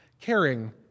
caring